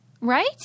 Right